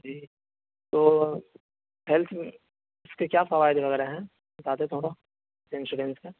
جی تو ہیلتھ اس کے کیا فوائد وغیرہ ہیں بتا دیں تھوڑا انشورنس کا